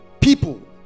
people